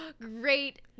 Great